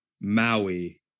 Maui